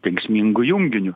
kenksmingu junginiu